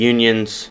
Unions